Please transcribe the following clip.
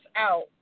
out